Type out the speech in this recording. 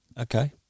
Okay